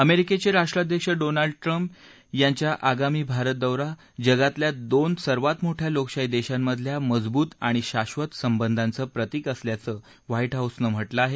अमेरिकेचे राष्ट्राध्यक्ष Donald Trump यांचा आगामी भारत दौऱा जगातल्या दोन सर्वात मोठ्या लोकशाही देशांमधल्या मजबूत आणि शाधत संबधाचं प्रतिक असल्याचं व्हा डे हाऊसनं म्हटलं आहे